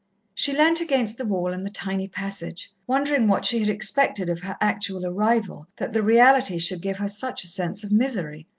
she leant against the wall in the tiny passage, wondering what she had expected of her actual arrival, that the reality should give her such a sense of misery.